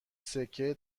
سکه